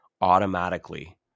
automatically